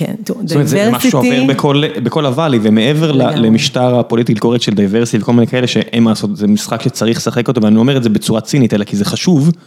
זה משהו שעובר בכל הממ בכל הוואלי ומעבר למשטר הפוליטיקלי קורקט של דייברסיטי וכל מיני כאלה שאין מה לעשות, זה משחק שצריך לשחק אותו ואני לא אומר את זה בצורה צינית אלא כי זה חשוב.